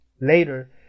Later